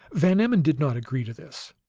van emmon did not agree to this.